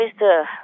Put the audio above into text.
Mr